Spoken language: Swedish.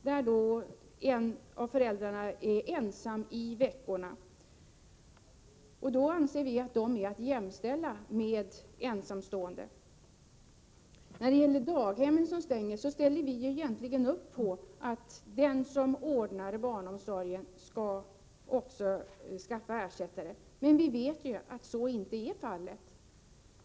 Då är en av föräldrarna ensam under veckorna, och vi anser att sådana föräldrar är att jämställa med ensamstående. När det gäller tillfällig föräldrapenning vid stängning av daghem ställer vi upp på att den som ordnade barnomsorgen också skall skaffa ersättare, men vi vet att så inte sker.